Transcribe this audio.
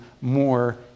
more